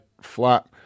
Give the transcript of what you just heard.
flat